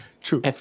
True